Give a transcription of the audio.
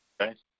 okay